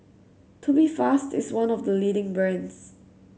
Tubifast is one of the leading brands